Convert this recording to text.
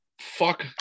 Fuck